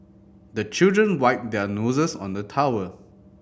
the children wipe their noses on the towel